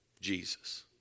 Jesus